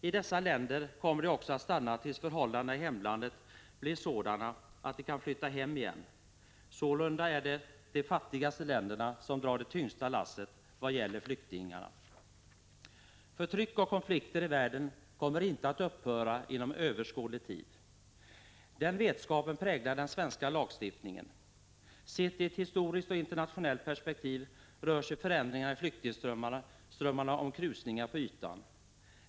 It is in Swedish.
I dessa länder kommer de också att stanna tills förhållandena i hemlandet blir sådana att de kan flytta hem igen. Sålunda är det de fattigaste länderna som drar det tyngsta lasset vad gäller flyktingarna. Förtryck och konflikter i världen kommer inte att upphöra inom överskådlig tid. Den vetskapen präglar den svenska lagstiftningen. Sett i ett historiskt och internationellt perspektiv rör sig förändringar i flyktingströmmarna om krusningar på ytan.